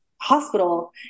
hospital